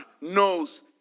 knows